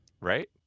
Right